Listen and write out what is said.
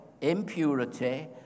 impurity